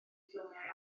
ffilmiau